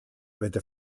avete